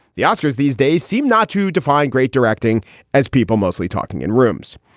the oscars these days seem not to define great directing as people mostly talking in rooms.